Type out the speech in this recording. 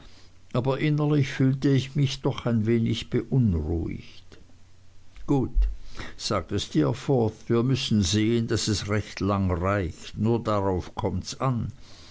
aber innerlich fühlte ich mich doch ein wenig beunruhigt gut sagte steerforth wir müssen sehen daß es recht lang reicht nur darauf kommts an